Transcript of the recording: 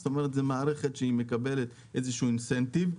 זאת אומרת זו מערכת שמקבלת איזה שהוא אינסנטיב.